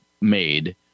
made